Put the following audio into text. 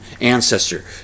ancestor